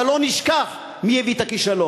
אבל לא נשכח מי הביא את הכישלון.